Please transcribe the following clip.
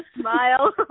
smile